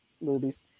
movies